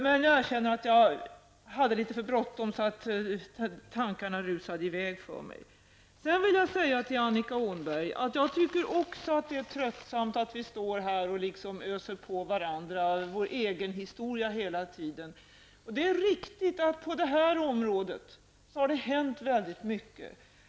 Men jag erkänner att jag hade litet för bråttom och att tankarna rusade i väg för mig. Jag tycker också, Annika Åhnberg, att det är tröttsamt att vi hela tiden står här och öser på varandra vår egen historia. Det är riktigt att det på detta område har hänt väldigt mycket.